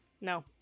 no